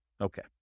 Okay